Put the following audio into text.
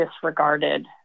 disregarded